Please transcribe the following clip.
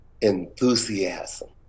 enthusiasm